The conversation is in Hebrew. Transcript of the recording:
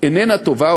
איננה טובה,